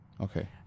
Okay